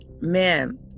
Man